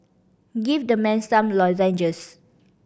give the man some lozenges